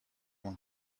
want